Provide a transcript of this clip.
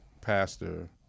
pastor